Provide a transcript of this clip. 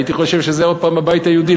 הייתי חושב שזה עוד פעם הבית היהודי.